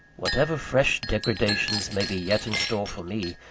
whatever fresh degradations may be yet in store for me,